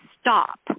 stop